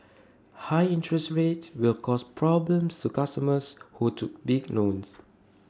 high interest rates will cause problems to customers who took big loans